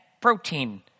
protein